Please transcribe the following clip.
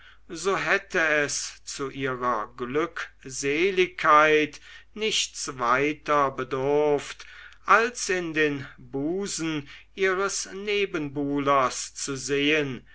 so hätte es zu ihrer glückseligkeit nichts weiter bedurft als in den busen ihres nebenbuhlers zu sehen